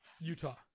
Utah